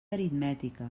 aritmètica